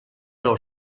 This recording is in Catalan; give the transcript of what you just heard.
nou